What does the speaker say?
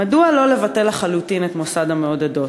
מדוע לא לבטל לחלוטין את מוסד המעודדות?